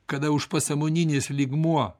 kada užpasąmoninis lygmuo